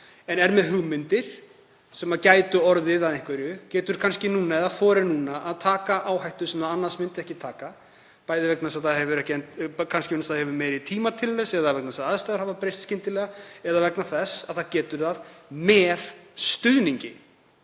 en er með hugmyndir sem gætu orðið að einhverju. Frá fólki sem getur kannski eða þorir að taka áhættu núna sem það annars myndi ekki taka, bæði vegna þess að það hefur meiri tíma til þess eða vegna þess að aðstæður hafa breyst skyndilega eða vegna þess að það getur það með stuðningi.